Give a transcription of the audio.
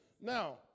Now